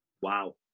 Wow